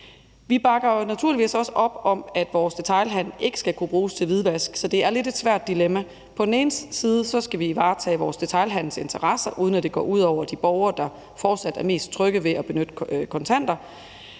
Vi bakker jo naturligvis også op om, at vores detailhandel ikke skal kunne bruges til hvidvask, så det er lidt et svært dilemma. På den ene side skal vi varetage vores detailhandels interesser, uden at det går ud over de borgere, der fortsat er mest trygge ved at benytte kontanter,